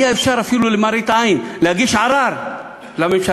היה אפשר אפילו למראית עין להגיש ערר לממשלה.